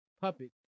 puppet